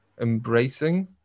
embracing